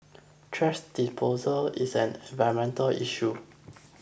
thrash disposal is an environmental issue